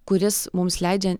kuris mums leidžia